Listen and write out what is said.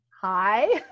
Hi